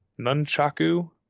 nunchaku